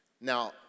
Now